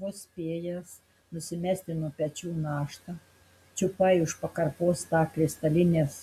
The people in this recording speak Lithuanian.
vos spėjęs nusimesti nuo pečių naštą čiupai už pakarpos tą kristalinės